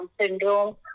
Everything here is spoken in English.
syndrome